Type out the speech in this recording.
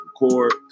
record